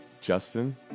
Justin